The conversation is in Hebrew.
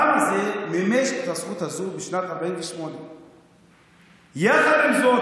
העם הזה מימש את הזכות הזו בשנת 1948. יחד עם זאת,